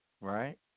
right